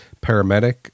paramedic